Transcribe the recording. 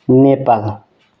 Nepal